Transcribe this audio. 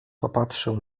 popatrzył